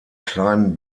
kleinen